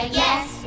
yes